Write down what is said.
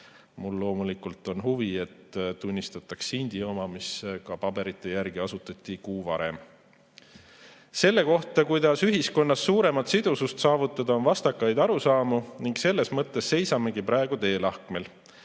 Mul on loomulikult huvi, et esimeseks tunnistataks Sindi oma, mis ka paberite järgi asutati kuu varem. Selle kohta, kuidas ühiskonnas suuremat sidusust saavutada, on vastakaid arusaamu ning selles mõttes seisamegi praegu teelahkmel.